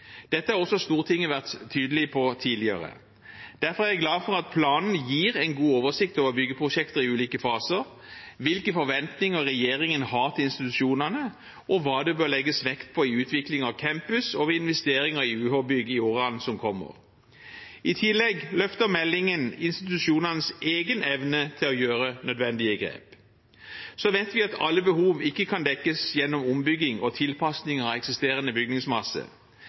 Dette har også Stortinget vært tydelig på tidligere. Derfor er jeg glad for at planen gir en god oversikt over byggeprosjekter i ulike faser, hvilke forventninger regjeringen har til institusjonene, og hva det bør legges vekt på i utvikling av campus og ved investering i UH-bygg i årene som kommer. I tillegg løfter meldingen institusjonenes egen evne til å ta nødvendige grep. Så vet vi at ikke alle behov kan dekkes ved ombygging og tilpasning av eksisterende bygningsmasse.